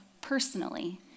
personally